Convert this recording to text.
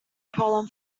problem